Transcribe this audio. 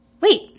wait